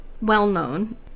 well-known